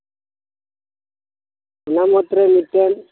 ᱱᱚᱜᱼᱚᱭ ᱢᱟᱛᱨᱚ ᱱᱤᱛᱳᱝ